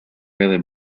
really